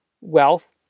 wealth